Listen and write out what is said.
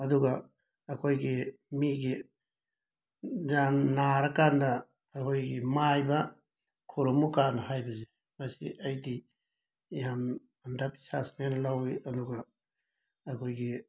ꯑꯗꯨꯒ ꯑꯩꯈꯣꯏꯒꯤ ꯃꯤꯒꯤ ꯌꯥꯝꯅ ꯅꯥꯔꯀꯥꯟꯗ ꯑꯩꯈꯣꯏꯒꯤ ꯃꯥꯏꯕ ꯈꯨꯔꯨꯝꯃꯨ ꯀꯥꯏꯅ ꯍꯥꯏꯕꯁꯦ ꯃꯁꯤ ꯑꯩꯗꯤ ꯌꯥꯝꯅ ꯑꯟꯗꯕꯤꯁꯋꯥꯁꯅꯦꯅ ꯂꯧꯏ ꯑꯗꯨꯒ ꯑꯩꯈꯣꯏꯒꯤ